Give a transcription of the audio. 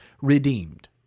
redeemed